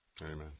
Amen